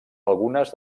algunes